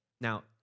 Now